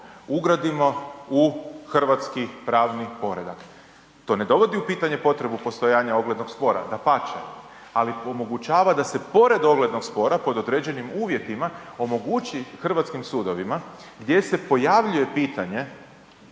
ugradimo u hrvatski pravni poredak. To ne dovodi u pitanju potrebu postojanja oglednog spora, dapače, ali omogućava da se pored oglednog spora, pod određenim uvjetima, omogući hrvatskim sudovima, gdje se pojavljuje pitanje